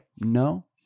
No